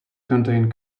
contain